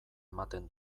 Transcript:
ematen